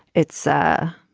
it's a